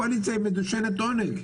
הקואליציה היא מדושנת עונג,